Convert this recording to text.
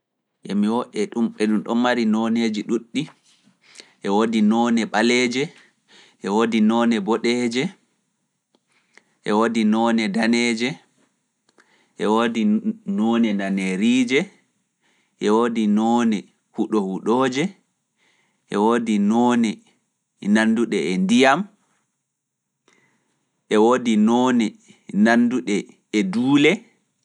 Yami wo e ɗum ɓe ɗum ɗon mari nooneeji ɗuuɗɗi, e woodi noone ɓaleeje, e woodi noone boɗeeje, e woodi noone daneeje, e woodi noone naneriije, e woodi noone huɗohuɗooje, e woodi noone nannduɗe e ndiyam, e woodi noone nannduɗe e duule.